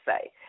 say